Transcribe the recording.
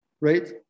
right